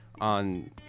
on